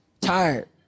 tired